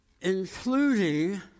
including